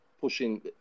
pushing